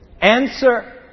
Answer